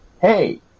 Hey